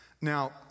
Now